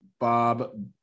Bob